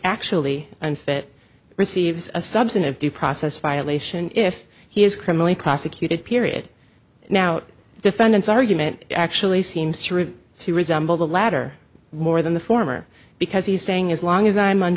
actually unfit receives a substantive due process violation if he is criminally prosecuted period now defendant's argument actually seems to resemble the latter more than the former because he's saying as long as i